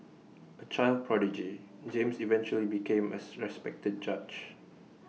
A child prodigy James eventually became as respected judge